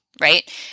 right